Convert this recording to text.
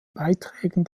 beiträgen